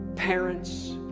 parents